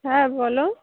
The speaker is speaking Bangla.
হ্যাঁ বলো